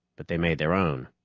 but they made their own.